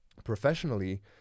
Professionally